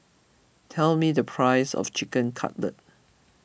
tell me the price of Chicken Cutlet